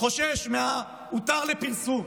וחושש מה"הותר לפרסום",